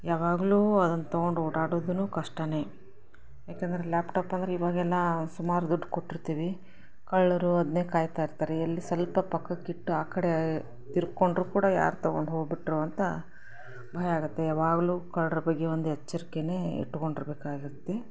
ಯಾವಾಗಲೂ ಅದನ್ನು ತೊಗೊಂಡು ಓಡಾಡೋದೂ ಕಷ್ಟಾನೇ ಯಾಕಂದರೆ ಲ್ಯಾಪ್ಟಾಪ್ ಅಂದರೆ ಇವಾಗೆಲ್ಲ ಸುಮಾರು ದುಡ್ಡು ಕೊಟ್ಟಿರ್ತೀವಿ ಕಳ್ಳರು ಅದನ್ನೇ ಕಾಯ್ತಾ ಇರ್ತಾರೆ ಎಲ್ಲಿ ಸ್ವಲ್ಪ ಪಕ್ಕಕ್ಕಿಟ್ಟು ಆ ಕಡೆ ತಿರ್ಗಿಕೊಂಡ್ರು ಕೂಡ ಯಾರು ತೊಗೊಂಡು ಹೋಗಿಬಿಟ್ರೋ ಅಂತ ಭಯ ಆಗುತ್ತೆ ಯಾವಾಗಲೂ ಕಳ್ಳರ ಬಗ್ಗೆ ಒಂದು ಎಚ್ಚರಿಕೇನೇ ಇಟ್ಕೊಂಡು ಇರಬೇಕಾಗಿರುತ್ತೆ